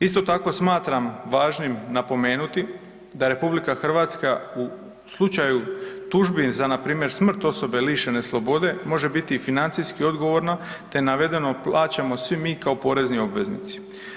Isto tako smatram važnim napomenuti da RH u slučaju tužbi za npr. smrt osobe lišene slobode može biti i financijski odgovorna, te navedeno plaćamo svi mi kao porezni obveznici.